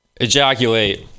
ejaculate